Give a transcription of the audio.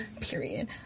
period